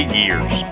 years